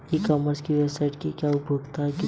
ई commerce की website की क्या उपयोगिता है?